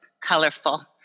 Colorful